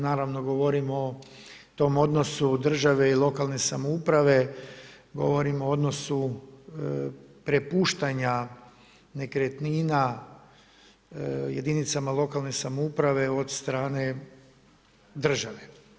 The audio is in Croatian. Naravno, govorim o tom odnosu države i lokalne samouprave, govorim o odnosu prepuštanja nekretnina jedinicama lokalne samouprave od strane države.